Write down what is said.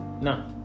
No